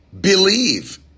believe